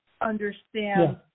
understand